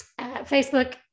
Facebook